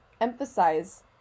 Emphasize